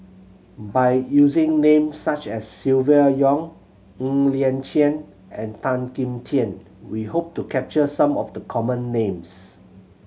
by using names such as Silvia Yong Ng Liang Chiang and Tan Kim Tian we hope to capture some of the common names